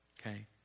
Okay